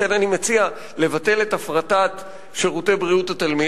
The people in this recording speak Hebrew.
לכן אני מציע לבטל את הפרטת שירותי בריאות התלמיד